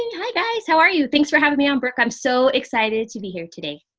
and hi guys. how are you? thanks for having me on brooke. i'm so excited to be here today.